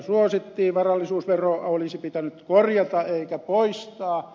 varallisuusveroa olisi pitänyt korjata eikä poistaa